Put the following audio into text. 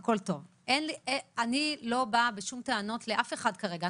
אני לא באה בשום טענות לאף אחד כרגע.